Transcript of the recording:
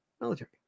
military